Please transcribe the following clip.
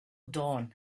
dawn